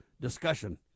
discussion